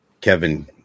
Kevin –